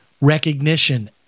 recognition